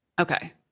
Okay